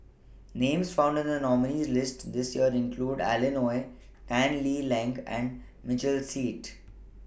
Names found in The nominees' list This Year include Alan Oei Tan Lee Leng and Michael Seet